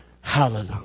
Hallelujah